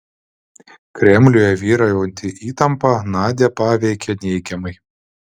kremliuje vyraujanti įtampa nadią paveikė neigiamai